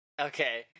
Okay